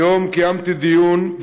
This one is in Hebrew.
היום קיימתי דיון,